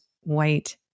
white